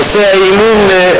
נושא האי-אמון,